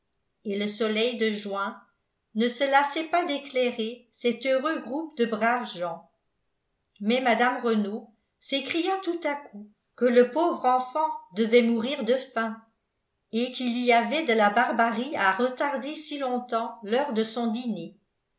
et le soleil de juin ne se lassait pas d'éclairer cet heureux groupe de braves gens mais mme renault s'écria tout à coup que le pauvre enfant devait mourir de faim et qu'il y avait de la barbarie à retarder si longtemps l'heure de son dîner